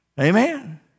Amen